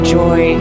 joy